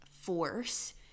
force